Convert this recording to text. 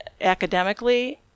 academically